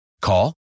Call